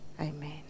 amen